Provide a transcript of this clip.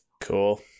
Cool